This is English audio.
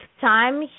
time